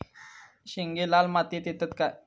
शेंगे लाल मातीयेत येतत काय?